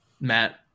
Matt